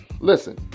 Listen